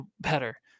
better